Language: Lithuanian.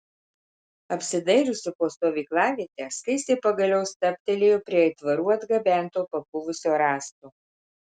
apsidairiusi po stovyklavietę skaistė pagaliau stabtelėjo prie aitvarų atgabento papuvusio rąsto